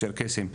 צ'רקסים.